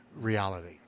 reality